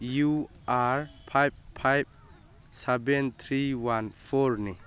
U R five five seven three one ꯐꯣꯔꯅꯤ